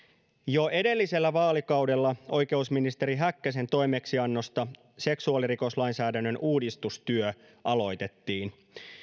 jo edellisellä vaalikaudella oikeusministeri häkkäsen toimeksiannosta seksuaalirikoslainsäädännön uudistustyö aloitettiin